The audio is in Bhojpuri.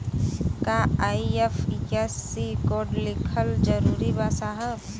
का आई.एफ.एस.सी कोड लिखल जरूरी बा साहब?